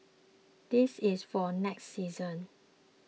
this is for next season